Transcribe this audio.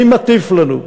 מי מטיף לנו?